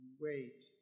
wait